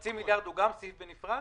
חצי המיליארד הוא גם סעיף בנפרד?